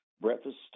breakfast